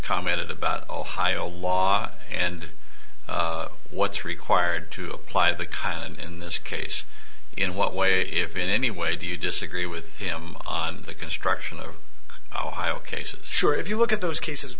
commented about ohio law and what's required to apply the kind in this case in what way if in any way do you disagree with him on the construction of oh hi ok says sure if you look at those cases